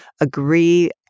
agree